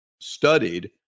studied